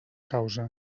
causa